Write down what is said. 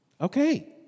Okay